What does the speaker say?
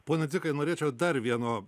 pone dzikai norėčiau dar vieno